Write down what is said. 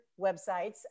websites